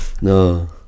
No